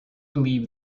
believe